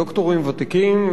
דוקטורים ותיקים,